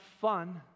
fun